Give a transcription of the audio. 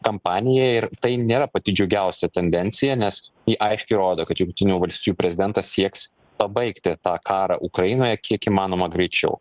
kampanijai ir tai nėra pati džiugiausia tendencija nes ji aiškiai rodo kad jungtinių valstijų prezidentas sieks pabaigti tą karą ukrainoje kiek įmanoma greičiau